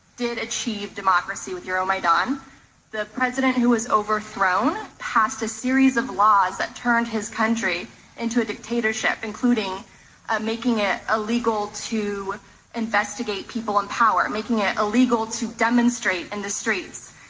did achieve democracy with euromaidan. um the president who was overthrown passed a series of laws that turned his country into a dictatorship, including ah making it illegal to investigate people in power, making it illegal to demonstrate in the streets,